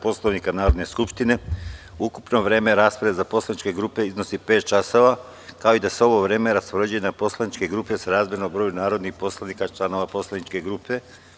Poslovnika Narodne skupštine, ukupno vreme rasprave za poslaničke grupe iznosi pet časova, kao i da se ovo vreme raspoređuje na poslaničke grupe srazmerno broju narodnih poslanika članova poslaničke grupe.